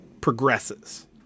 progresses